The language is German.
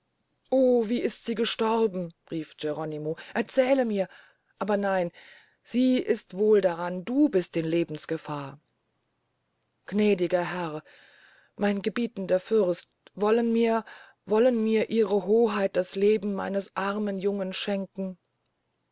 o wie ist sie gestorben rief geronimo erzähle mir aber nein sie ist wohl daran und du bist in lebensgefahr gnädiger herr mein gebietender fürst wollen mir wollen mir ihre hoheit das leben meines armen jungen schenken